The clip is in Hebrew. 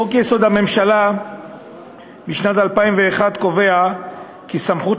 חוק-יסוד: הממשלה משנת 2001 קובע כי סמכות